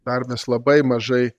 dar mes labai mažai